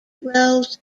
roles